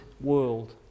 world